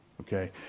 okay